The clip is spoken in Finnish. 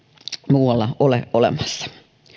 muualla ole olemassa